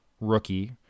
rookie